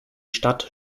stadt